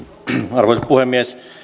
arvoisa puhemies